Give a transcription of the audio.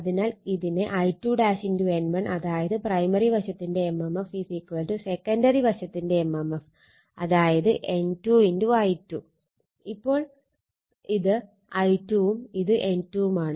അതിനാൽ ഇതിനെ I2 N1 അതായത് പ്രൈമറി വശത്തിന്റെ എംഎംഎഫ് സെക്കണ്ടറി വശത്തിന്റെ എംഎംഎഫ് അതായത് N2 I2 അപ്പോൾ ഇത് I2 വും ഇത് N2 വുമാണ്